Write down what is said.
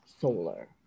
Solar